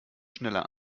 schneller